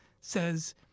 says